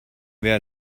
wer